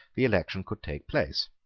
the election could take place.